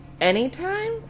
anytime